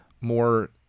more